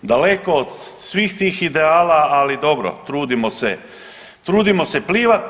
Daleko od svih tih ideala, ali dobro trudimo se, trudimo se plivat.